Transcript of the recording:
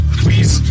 please